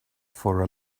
for